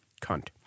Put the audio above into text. Cunt